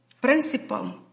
principle